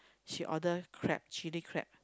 she order crab chili crab